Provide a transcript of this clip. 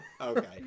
Okay